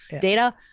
data